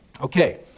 Okay